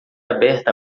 aberta